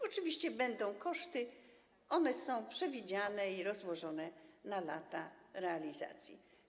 Oczywiście będą koszty, ale one są przewidziane i rozłożone na lata realizacji.